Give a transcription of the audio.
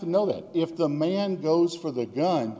to know that if the man goes for the gun